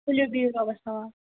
تُلِو بِہِو رۄبَس حَوال